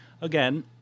Again